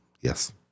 yes